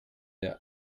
der